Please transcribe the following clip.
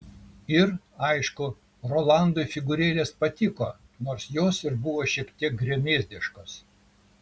ir aišku rolandui figūrėlės patiko nors jos ir buvo šiek tiek gremėzdiškos